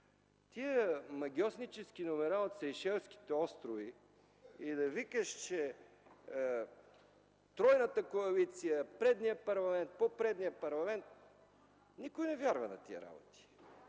Тези магьоснически номера от Сейшелските острови, и да викаш, че тройната коалиция, предния парламент, по-предния парламент – никой не вярва на тези работи.